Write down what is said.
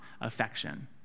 affection